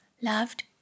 loved